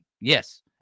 Yes